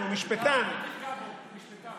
כנראה הערכת הזמנים שלך, אדוני,